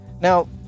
Now